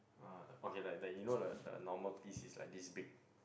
uh okay like like you know the the normal piece is like this big